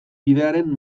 bidearen